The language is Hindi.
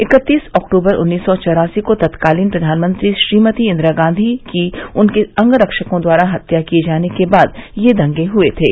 इक्कतीस अक्टूबर उन्नीस सौ चारासी को तत्कालीन प्रधानमंत्री श्रीमती इंदिरा गांधी की उनके अंगरक्षकों द्वारा हत्या किए जाने के बाद ये दंगे हए थे